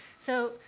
so,